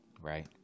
Right